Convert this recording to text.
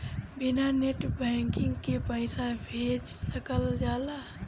बिना net banking के पईसा भेज सकल जाला?